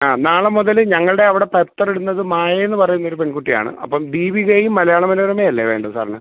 ആ നാളെ മുതൽ ഞങ്ങളുടെ അവിടെ പത്രം ഇടുന്നത് മായേന്ന് പറയുന്നൊരു പെൺകുട്ടിയാണ് അപ്പം ദീപികയും മലയാള മനോരമയല്ലേ വേണ്ടത് സാറിന്